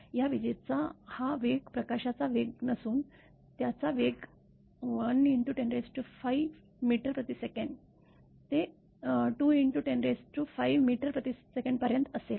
या विजेचा हा वेग प्रकाशाचा वेग नसून त्याचा वेग 1×105 m ते 2105 msec पर्यंत असेल